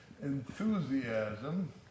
enthusiasm